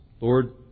Lord